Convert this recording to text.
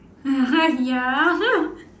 ya